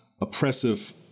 oppressive